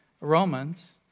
Romans